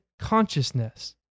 consciousness